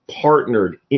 partnered